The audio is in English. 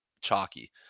chalky